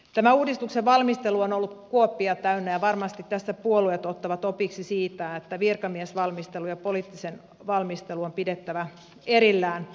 tämä uudistuksen valmistelu on ollut kuoppia täynnä ja varmasti tässä puolueet ottavat opiksi siitä että virkamiesvalmistelu ja poliittinen valmistelu on pidettävä erillään